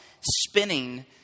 spinning